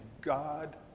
God